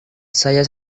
saya